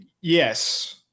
yes